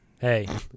Hey